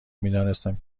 میدانستم